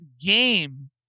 game